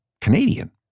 Canadian